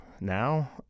now